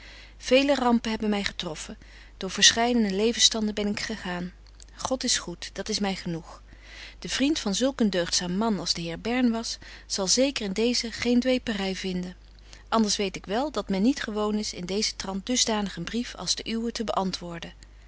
vele rampen hebben my getroffen door verscheiden levensstanden ben ik gegaan god is goed dit is my genoeg de vriend van zulk een deugdzaam man als de heer bern was zal zeker in deezen geen dwepery vinden anders weet ik wel dat men niet gewoon is in deezen trant dusdanig een brief als den uwen te beantwoorden